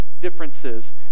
differences